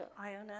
Iona